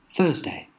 Thursday